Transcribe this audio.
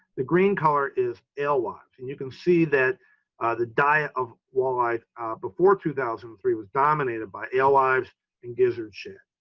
the green color is alewives. and you can see that the diet of walleye before two thousand and three was dominated by alewives and gizzard shad.